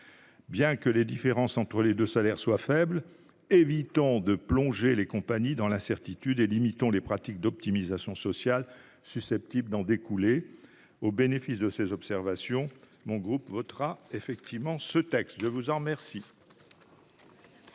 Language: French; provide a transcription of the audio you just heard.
Bien que les différences entre les deux salaires soient faibles, évitons de plonger les compagnies dans l'incertitude et limitons les pratiques d'optimisation sociale susceptibles d'en découler. Au bénéfice de ces observations, mon groupe votera ce texte. La parole est à M.